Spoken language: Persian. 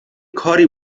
کاری